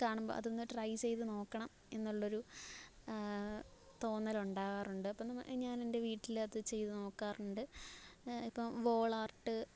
കാണുമ്പോള് അതൊന്നു ട്രൈ ചെയ്ത് നോക്കണം എന്നുള്ളൊരു തോന്നലുണ്ടാകാറുണ്ട് അപ്പോള് നമ്മള് ഞാനെന്റെ വീട്ടിലത് ചെയ്തു നോക്കാറുണ്ട് ഇപ്പോള് വോളാര്ട്ട്